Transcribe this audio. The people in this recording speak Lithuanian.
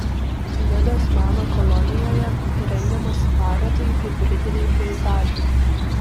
nidos meno kolonijoje rengiamasi parodai hibridiniai peizažai